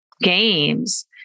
games